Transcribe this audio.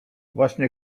właśnie